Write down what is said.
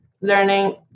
learning